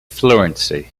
fluency